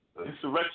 insurrection